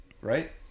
right